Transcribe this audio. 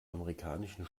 amerikanischen